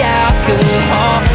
alcohol